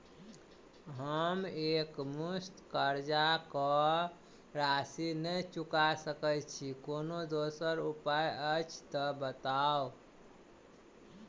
हम एकमुस्त कर्जा कऽ राशि नहि चुका सकय छी, कोनो दोसर उपाय अछि तऽ बताबु?